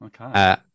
Okay